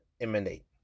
emanate